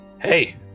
Hey